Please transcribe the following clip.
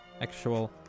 actual